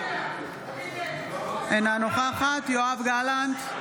אינה נוכחת יואב גלנט,